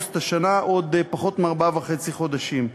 באוגוסט השנה, בעוד פחות מארבעה וחצי חודשים.